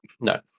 No